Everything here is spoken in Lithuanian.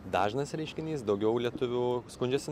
dažnas reiškinys daugiau lietuvių skundžiasi